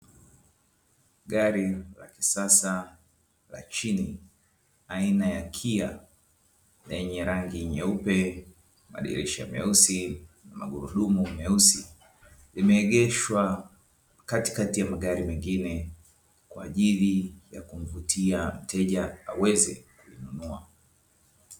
Gari la kisasa la chini aina ya "KIA" lenye rangi nyeupe, madirisha meusi na magurudumu meusi; limeegeshwa katikati ya magari mengine kwa ajili ya kuvitia mteja aweze kununua.